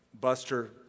Buster